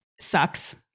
sucks